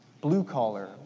blue-collar